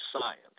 science